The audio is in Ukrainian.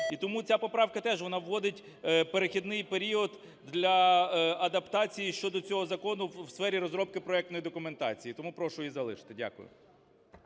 І тому ця поправка, теж вона вводить перехідний період для адаптації щодо цього закону в сфері розробки проектної документації, тому прошу її залишити. Дякую.